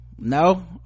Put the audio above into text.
no